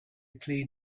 clean